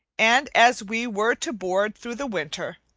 and as we were to board through the winter,